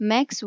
Max